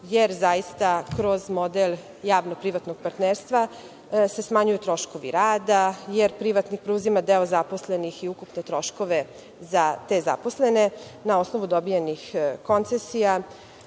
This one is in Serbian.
jer zaista kroz model javno-privatnog partnerstva se smanjuju troškovi rada, jer privatnih preuzima deo zaposlenih i ukupne troškove za te zaposlene na osnovu dobijenih koncesija,